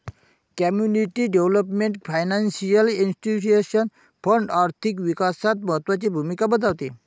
community development financial institution fund आर्थिक विकासात महत्त्वाची भूमिका बजावते